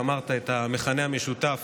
שאמרת את המכנה המשותף